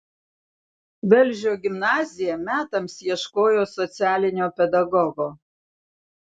velžio gimnazija metams ieškojo socialinio pedagogo